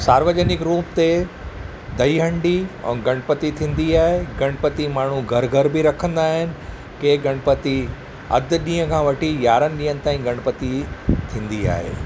सार्वजनिक रूप ते दही हांडी ऐं गणपति थींदी आहे गणपति माण्हू घर घर बि रखंदा आहिनि कंहिं गणपति अधु ॾींहं खां वठी यारहनि ॾींहनि ताईं गणपति थींदी आहे